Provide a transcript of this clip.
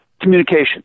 Communication